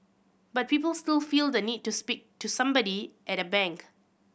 but people still feel the need to speak to somebody at a bank